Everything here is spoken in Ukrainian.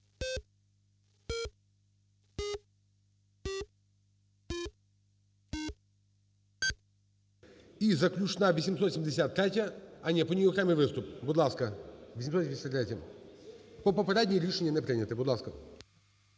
І заключна – 873-я… А, ні, по ній окремий виступ. Будь ласка, 873-я. По попередній рішення не прийнято. Будь ласка.